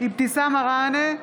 אבתיסאם מראענה,